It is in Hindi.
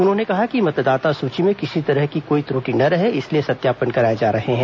उन्होंने कहा कि मतदाता सूची में किसी भी तरह की कोई त्रुटि न रहे इसलिए सत्यापन कराए जा रहे हैं